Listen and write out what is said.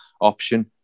option